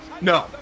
No